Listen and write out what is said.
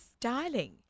styling